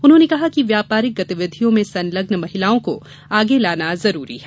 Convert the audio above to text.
उन्होंने कहा कि व्यापारिक गतिविधियों में संलग्न महिलाओं को आगे लाना जरूरी है